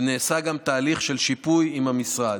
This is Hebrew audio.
ונעשה גם תהליך של שיפוי עם המשרד.